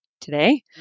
today